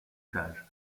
étage